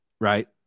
Right